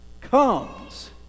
comes